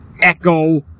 Echo